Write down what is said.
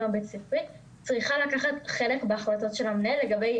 הבית ספרית צריכה לקחת חלק בהחלטות של המנהל לגבי